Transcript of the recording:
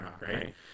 right